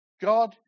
God